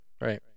right